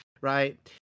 right